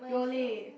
Yole